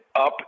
up